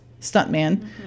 stuntman